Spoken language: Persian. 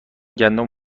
گندم